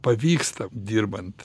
pavyksta dirbant